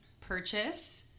purchase